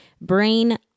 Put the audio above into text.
brain